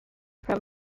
from